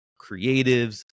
creatives